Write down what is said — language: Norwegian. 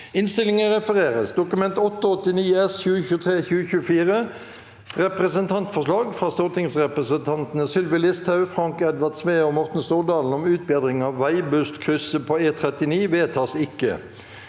følgende v e d t a k : Dokument 8:89 S (2023–2024) – Representantforslag fra stortingsrepresentantene Sylvi Listhaug, Frank Edvard Sve og Morten Stordalen om utbedring av Veibustkrysset på E39 – vedtas ikke.